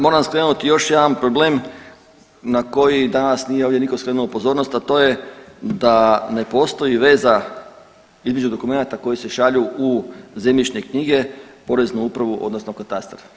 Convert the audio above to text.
Moram skrenuti još jedan problem na koji danas nije ovdje nitko skrenuo pozornost a to je da ne postoji veza između dokumenata koji se šalju u zemljišne knjige, Poreznu upravu, odnosno katastar.